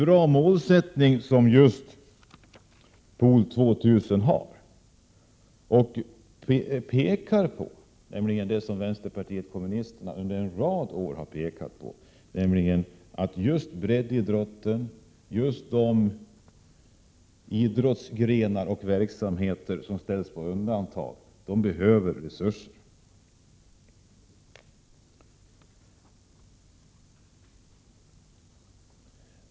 Den målsättning som just Pool 2 000 har är således mycket bra. Detta initiativ visar på det som vänsterpartiet kommunisterna under en rad år har påtalat, nämligen att just breddidrotten och de idrottsgrenar och verksamheter som sätts på undantag behöver resurser.